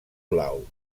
blau